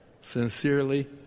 Sincerely